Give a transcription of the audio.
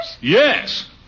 Yes